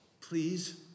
Please